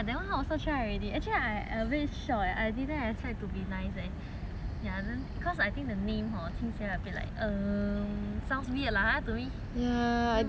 shocked eh I didn't expect it to be nice leh ya then because I think the name hor 听起来 bit like um sounds weird lah to me